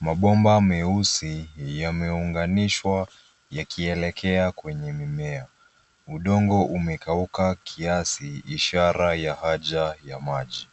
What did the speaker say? Mabomba meusi yameunganishwa yakielekea kwenye mimea. Udongo umekauka kiasi ishara ya haja ya maji.